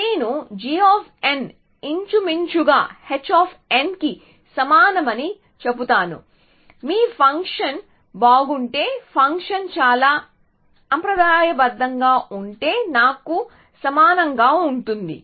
నేను g ఇంచుమించుగా h కి సమానమని చెబుతాను మీ ఫంక్షన్ బాగుంటే ఫంక్షన్ చాలా సంప్రదాయబద్ధంగా ఉంటే నాకు సమానంగా ఉంటుంది